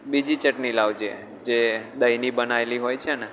બીજી ચટણી લાવજે જે દહીંની બનવેલી હોય છે ને